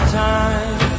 time